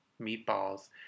meatballs